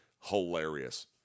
hilarious